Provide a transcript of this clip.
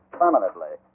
permanently